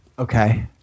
Okay